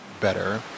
better